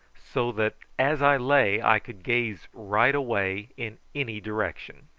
so that as i lay i could gaze right away in any direction.